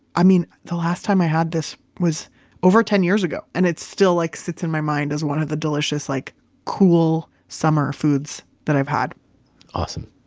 i mean, the last time i had this was over ten years ago and it still like sits in my mind as one of the delicious, like cool summer foods that i've had awesome.